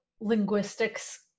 linguistics